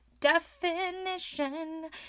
definition